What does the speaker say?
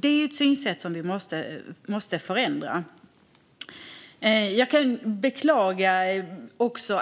Det är ett synsätt som vi måste förändra. Jag kan beklaga